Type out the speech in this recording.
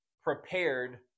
prepared